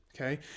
okay